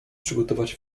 przygotować